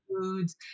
foods